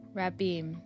Rabim